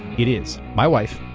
it is my wife,